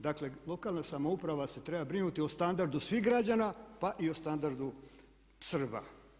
Dakle, lokalna samouprava se treba brinuti o standardu svih građana pa i o standardu Srba.